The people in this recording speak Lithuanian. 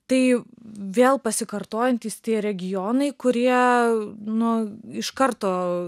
tai vėl pasikartojantys tie regionai kurie nu iš karto